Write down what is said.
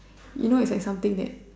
you know it's like something that